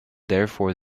therefore